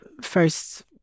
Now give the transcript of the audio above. first